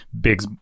big